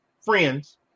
friends